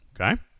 Okay